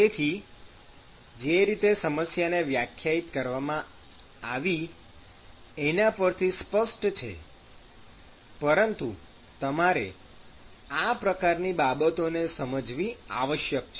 તેથી જે રીતે સમસ્યાને વ્યાખ્યાયિત કરવામાં આવી એના પરથી સ્પષ્ટ છે પરંતુ તમારે આ પ્રકારની બાબતોને સમજવી આવશ્યક છે